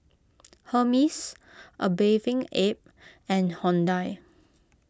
Hermes A Bathing Ape and Hyundai